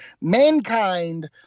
mankind